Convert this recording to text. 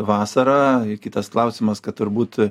vasara kitas klausimas kad turbūt